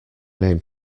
name